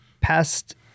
past